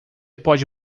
pode